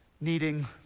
Needing